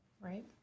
Right